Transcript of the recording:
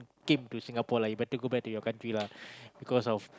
came to Singapore lah you better go back to your country lah because of